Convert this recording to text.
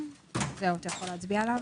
זהו, אתה יכול להצביע עליו.